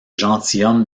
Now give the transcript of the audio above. gentilhomme